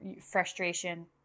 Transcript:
frustration